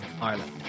Ireland